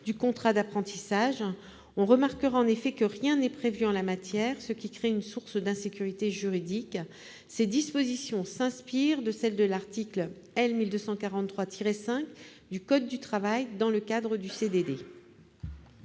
du contrat d'apprentissage. On remarquera en effet que rien n'est prévu en la matière, ce qui est source d'insécurité juridique. Ces dispositions s'inspirent de celles de l'article L. 1243-5 du code du travail dans le cadre du CDD.